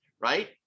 Right